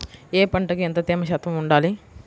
ఏ పంటకు ఎంత తేమ శాతం ఉండాలి?